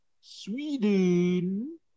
Sweden